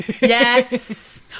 Yes